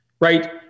right